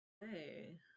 Hey